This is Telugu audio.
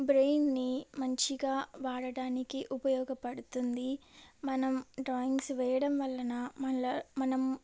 బ్రెయిన్ని మంచిగా వాడడానికి ఉపయోగపడుతుంది మనం డ్రాయింగ్స్ వేయడం వలన మళ్ళీ మనం